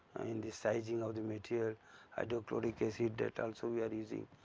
in the sizing of the material hydrochloric acid, that also we are using.